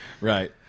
Right